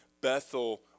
Bethel